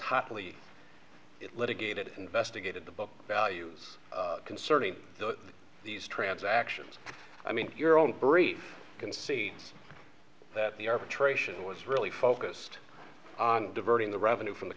hotly litigated investigated the book values concerning these transactions i mean your own brief can see that the arbitration was really focused on diverting the revenue from the